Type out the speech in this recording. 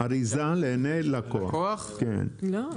מה?